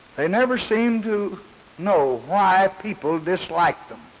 they never seemed to know why people disliked them.